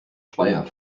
speyer